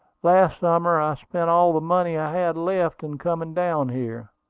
last summer i spent all the money i had left in coming down here.